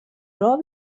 راه